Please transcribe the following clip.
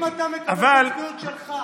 אם אתה מקבל את הצביעות שלך